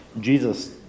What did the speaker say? Jesus